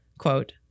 Quote